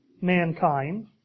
mankind